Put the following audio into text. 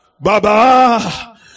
Baba